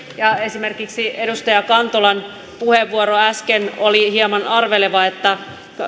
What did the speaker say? ja esimerkiksi edustaja kantolan puheenvuoro äsken oli hieman arveleva että